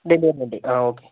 ഡെലിവറിയുണ്ട് ആ ഓക്കേ